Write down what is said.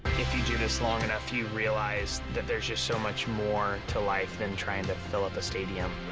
if you do this long enough, you realize that there's just so much more to life than trying to fill up a stadium.